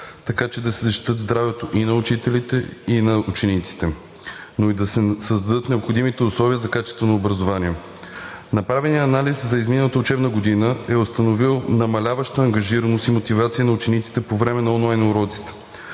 така че да се защити здравето и на учителите, и на учениците, но и да се създадат необходимите условия за качеството на образование. Направеният анализ за изминалата учебна година е установил намаляваща ангажираност и мотивация на учениците по време на онлайн уроците.